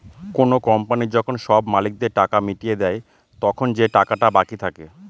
কোনো কোম্পানি যখন সব মালিকদের টাকা মিটিয়ে দেয়, তখন যে টাকাটা বাকি থাকে